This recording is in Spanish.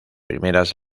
primeras